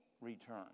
return